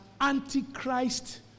antichrist